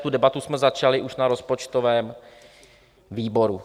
Tu debatu jsme začali už na rozpočtovém výboru.